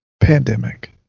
pandemic